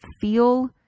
feel